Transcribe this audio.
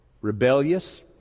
rebellious